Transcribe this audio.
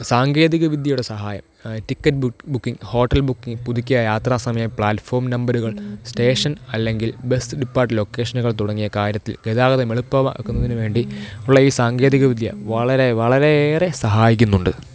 സാങ്കേതികവിദ്യയുടെ സഹായം ticket booking hotel booking പുതുക്കിയ യാത്രാ സമയം പ്ലാറ്റ്ഫോം നമ്പറുകൾ സ്റ്റേഷൻ അല്ലെങ്കിൽ ബസ് ഡിപ്പാട്ട് ലൊക്കേഷനുകൾ തുടങ്ങിയ കാര്യത്തിൽ ഗതാഗതം എളുപ്പമാക്കുന്നതിന് വേണ്ടി ഉള്ള ഈ സാങ്കേതികവിദ്യ വളരെ വളരെയേറെ സഹായിക്കുന്നുണ്ട്